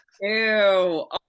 Ew